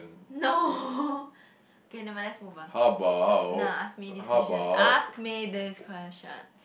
no okay never mind let's move on now ask me this question ask me this question